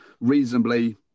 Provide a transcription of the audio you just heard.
reasonably